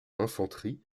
infanterie